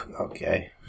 Okay